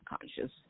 conscious